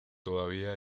todavía